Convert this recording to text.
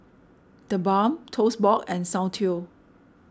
the Balm Toast Box and Soundteoh